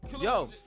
Yo